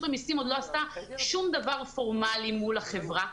המסים עוד לא עשתה שום דבר פורמלי מול החברה,